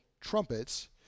trumpets